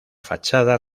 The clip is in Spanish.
fachada